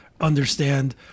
understand